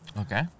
Okay